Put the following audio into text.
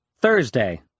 Thursday